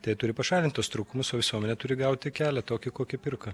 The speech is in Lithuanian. tai turi pašalint tuos trūkumus o visuomenė turi gauti kelią tokį kokį pirko